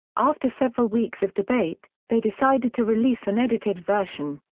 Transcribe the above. after several weeks of debate, they decided to release an edited version.